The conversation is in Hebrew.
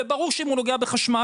וברור שאם הוא נוגע בחשמל,